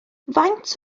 faint